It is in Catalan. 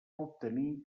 obtenir